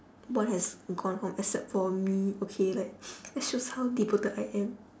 one has gone home except for me okay like that shows how devoted I am